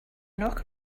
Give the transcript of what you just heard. knock